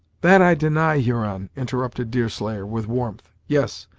that i deny, huron interrupted deerslayer, with warmth yes,